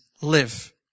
live